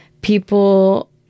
people